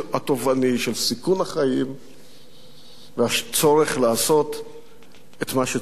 של סיכון החיים והצורך לעשות את מה שצווינו לעשות.